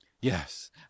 Yes